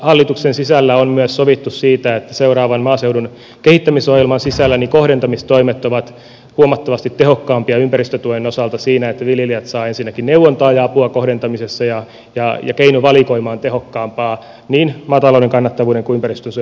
hallituksen sisällä on myös sovittu siitä että seuraavan maaseudun kehittämisohjelman sisällä kohdentamistoimet ovat huomattavasti tehokkaampia ympäristötuen osalta siinä että viljelijät saavat ensinnäkin neuvontaa ja apua kohdentamisessa ja keinovalikoima on tehokkaampaa niin maatalouden kannattavuuden kuin ympäristönsuojelun tulosten kannalta